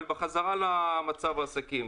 אבל בחזרה למצב העסקים.